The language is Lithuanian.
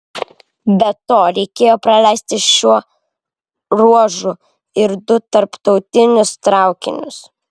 be to reikėjo praleisti šiuo ruožu ir du tarptautinius traukinius